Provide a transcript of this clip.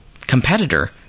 competitor